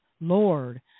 lord